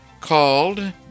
called